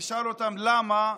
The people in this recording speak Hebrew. ושאל אותם: למה?